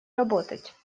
работать